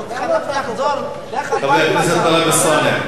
חבר הכנסת טלב אלסאנע.